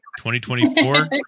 2024